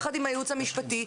יחד עם הייעוץ המשפטי,